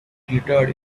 glittered